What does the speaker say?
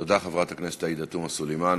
תודה, חברת הכנסת עאידה תומא סלימאן.